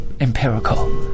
empirical